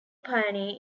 pioneer